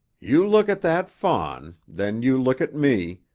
you look at that fawn, then you look at me,